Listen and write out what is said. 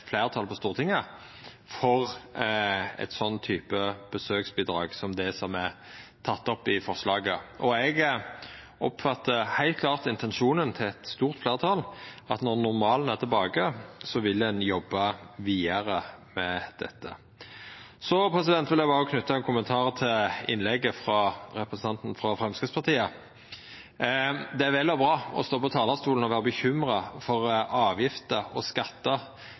på Stortinget for – eit sånt besøksbidrag som det som er teke opp i forslaget. Eg oppfattar heilt klart at intensjonen til eit stort fleirtal er at ein vil jobba vidare med dette når normalen er tilbake. Så vil eg berre knyta ein kommentar til innlegget til representanten frå Framstegspartiet. Det er vel og bra å stå på talarstolen og vera bekymra for avgifter og skattar